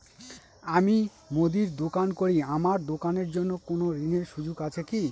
আমি মুদির দোকান করি আমার দোকানের জন্য কোন ঋণের সুযোগ আছে কি?